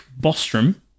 Bostrom